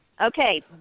Okay